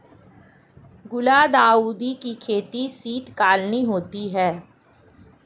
गुलदाउदी की खेती शीतकालीन होती है